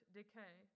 decay